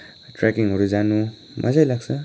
ट्रेकिङहरू जान मजै लाग्छ